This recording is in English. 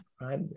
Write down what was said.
right